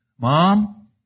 Mom